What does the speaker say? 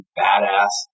badass